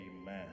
amen